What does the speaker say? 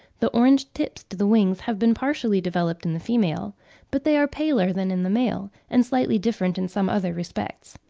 the orange-tips to the wings have been partially developed in the female but they are paler than in the male, and slightly different in some other respects.